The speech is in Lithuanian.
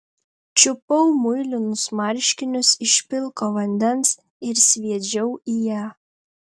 čiupau muilinus marškinius iš pilko vandens ir sviedžiau į ją